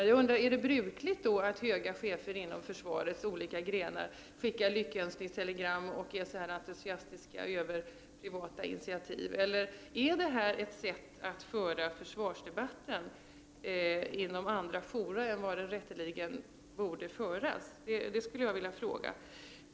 Jag undrar: Är det brukligt att höga chefer inom försvarets olika grenar skickar lyckönskningstelegram och är så här entusiastiska över privata initiativ? Eller är detta ett sätt att föra försvarsdebatten inom andra fora än de fora där den rätteligen borde föras? Detta skulle jag vilja få svar på.